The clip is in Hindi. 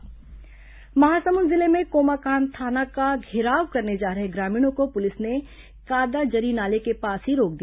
ग्रामीण कार्रवाई विरोध महासमुंद जिले में कोमाखान थाना का घेराव करने जा रहे ग्रामीणों को पुलिस ने कादाजरी नाले के पास ही रोक दिया